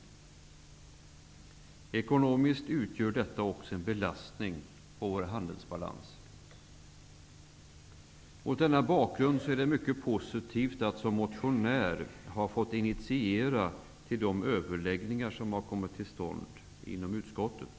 Det kommer också att ekonomiskt utgöra en belastning på vår handelsbalans. Det är mot denna bakgrund mycket positivt att som motionär ha fått initiera de överläggningar som har kommit till stånd inom utskottet.